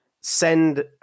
send